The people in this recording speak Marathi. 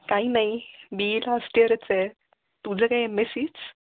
काही नाही बी ई लास्ट इयरच आहे तुझं काय एम एस सीच